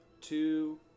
two